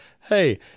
hey